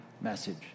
message